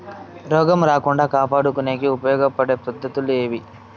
రోగం రాకుండా కాపాడుకునేకి ఉపయోగపడే పద్ధతులు ఏవి?